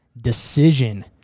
decision